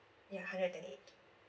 ya hundred twenty eight